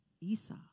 Esau